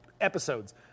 episodes